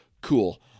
cool